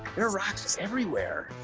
yeah rocks everywhere.